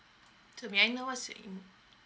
to may I know what's you in